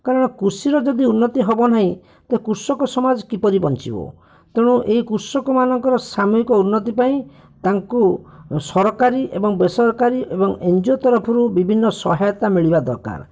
କାରଣ କୃଷିର ଯଦି ଉନ୍ନତି ହେବ ନାହିଁ ତ କୃଷକ ସମାଜ କିପରି ବଞ୍ଚିବ ତେଣୁ ଏହି କୃଷକମାନଙ୍କର ସାମୁହିକ ଉନ୍ନତି ପାଇଁ ତାଙ୍କୁ ସରକାରୀ ଏବଂ ବେସରକାରୀ ଏବଂ ଏନଜିଓ ତରଫରୁ ବିଭିନ୍ନ ସହାୟତା ମିଳିବା ଦରକାର